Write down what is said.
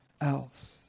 else